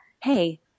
hey